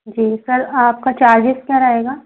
जी sir आपका charges क्या रहेगा